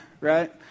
Right